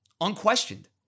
unquestioned